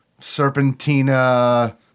Serpentina